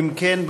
אם כן,